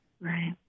Right